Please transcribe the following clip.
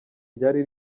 ryari